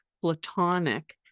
Platonic